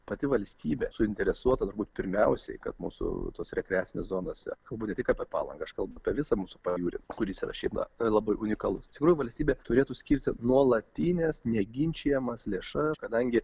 pati valstybė suinteresuota turbūt pirmiausiai kad mūsų tos rekreacinės zonos kalbu ne tik apie palangą aš kalbu apie visą mūsų pajūrį kuris yra šiap labai unikalus tikrųjų valstybė turėtų skirti nuolatines neginčijamas lėšas kadangi